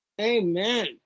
Amen